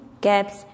gaps